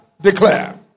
declare